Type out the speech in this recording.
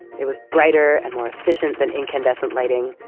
it was brighter and more efficient than incandescent lighting,